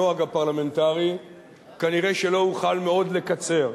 הנוהג הפרלמנטרי כנראה לא אוכל מאוד לקצר.